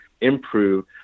improve –